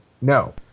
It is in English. no